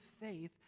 faith